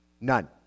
none